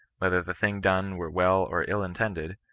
whether the thing done were well or ill intended,